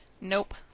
Nope